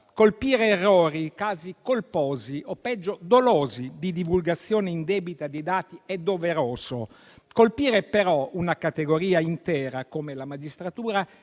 Colpire errori, casi colposi o, peggio, dolosi di divulgazione indebita di dati è doveroso; colpire però una categoria intera come la magistratura